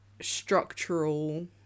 structural